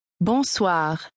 Bonsoir